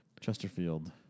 Chesterfield